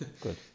good